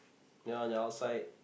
ya on the outside